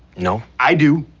no, i do,